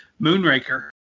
Moonraker